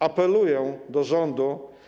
Apeluję do rządu.